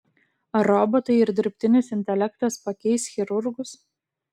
ar robotai ir dirbtinis intelektas pakeis chirurgus